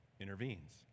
intervenes